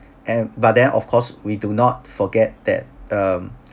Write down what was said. and but then of course we do not forget that um